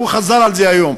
והוא חזר על זה היום,